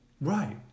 right